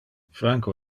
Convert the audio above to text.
franco